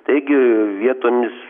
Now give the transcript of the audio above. taigi vietomis